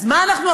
אז מה עכשיו?